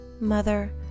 mother